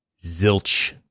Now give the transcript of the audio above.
zilch